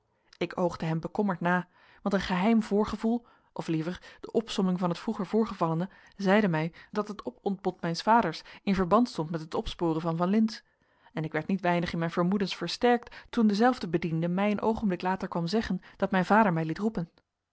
ik oogde hem bekommerd na want een geheim voorgevoel of liever de opsomming van het vroeger voorgevallene zeide mij dat het opontbod mijns vaders in verband stond met het opsporen van van lintz en ik werd niet weinig in mijn vermoedens versterkt toen dezelfde bediende mij een oogenblik later kwam zeggen dat mijn vader mij liet roepen